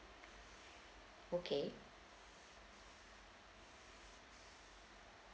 okay